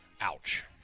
Ouch